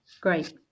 great